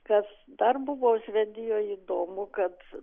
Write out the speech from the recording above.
kas dar buvo švedijoj įdomu kad